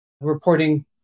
reporting